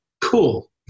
cool